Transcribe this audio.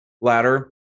ladder